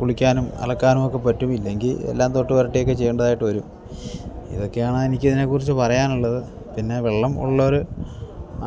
കുളിക്കാനും അലക്കാനുമൊക്കെ പറ്റും ഇല്ലെങ്കിൽ എല്ലാം തൊട്ട് പുരട്ടിയൊക്കെ ചെയ്യേണ്ടതായിട്ട് വരും ഇതൊക്കെയാണ് എനിക്ക് ഇതിനെ കുറിച്ച് പറയാനുള്ളത് പിന്നെ വെള്ളം ഉള്ളവർ